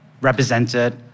represented